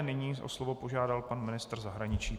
Nyní o slovo požádal pan ministr zahraničí.